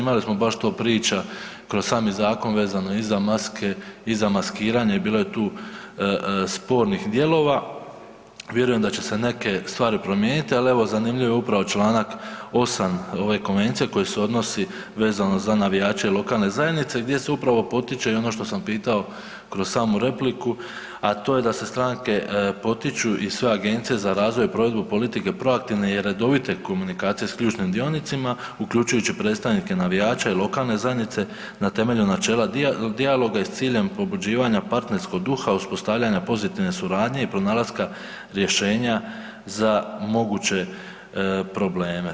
Imali smo bar sto priča kroz sami zakon vezano i za maske i za maskiranje, bilo je tu spornih dijelova, vjerujem da će se neke stvari promijeniti, ali evo zanimljiv je upravo čl. 8. ove konvencije koji se odnosi vezano za navijače lokalne zajednice gdje se upravo potiče i ono što sam pitao kroz samu repliku, a to je da se stranke potiču i sve Agencije za razvoj i provedbu politike proaktivne i redovite komunikacije s ključnim dionicima uključujući i predstavnike navijača i lokalne zajednice na temelju načela dijaloga i s ciljem pobuđivanja partnerskog duha uspostavljanja pozitivne suradnje i pronalaska rješenja za moguće probleme.